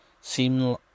seem